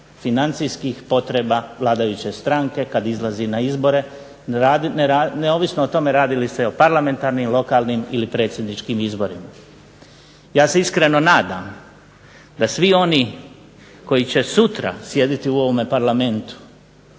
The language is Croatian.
financijskih potreba vladajuće stranke kada izlazi na izbore neovisno o tome radi li se o parlamentarnim, lokalnim ili predsjedničkim izborima. Ja se iskreno nadam da svi oni koji će sutra sjediti u ovom Parlamentu